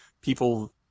people